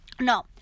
no